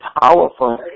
powerful